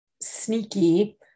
sneaky